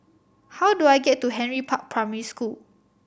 how do I get to Henry Park Primary School